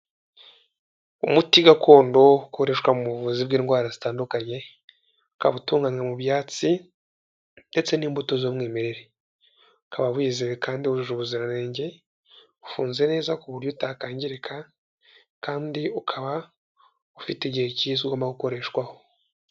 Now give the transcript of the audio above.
Umuti gakondo ukoreshwa mu buvuzi bw'indwara zitandukanye, ukaba utunganywa mu byatsi ndetse n'imbuto z'umwimerere. Ukaba wizeye kandi wujuje ubuziranenge, ufunze neza ku buryo utakangirika kandi ukaba ufite igihe kizwi ugomba gukoreshwaho.